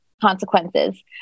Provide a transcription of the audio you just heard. consequences